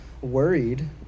worried